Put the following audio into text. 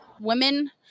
Women